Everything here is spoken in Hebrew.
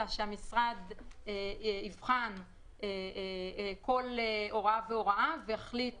אלא שהמשרד יבחן כל הוראה והוראה ויחליט